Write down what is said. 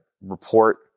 report